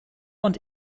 und